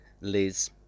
Liz